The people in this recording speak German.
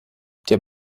der